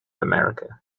america